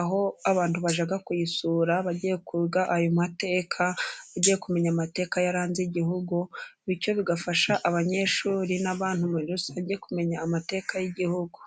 aho abantu bajya kuyisura bagiye kwiga ayo mateka bagiye kumenya amateka yaranze Igihugu bityo bigafasha abanyeshuri n'abantu muri rusange kumenya amateka y'Igihugu.